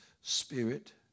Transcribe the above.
Spirit